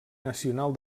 nacional